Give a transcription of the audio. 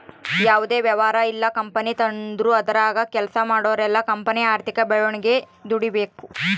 ಯಾವುದೇ ವ್ಯವಹಾರ ಇಲ್ಲ ಕಂಪನಿ ತಾಂಡ್ರು ಅದರಾಗ ಕೆಲ್ಸ ಮಾಡೋರೆಲ್ಲ ಕಂಪನಿಯ ಆರ್ಥಿಕ ಬೆಳವಣಿಗೆಗೆ ದುಡಿಬಕು